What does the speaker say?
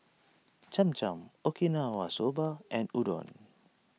Cham Cham Okinawa Soba and Udon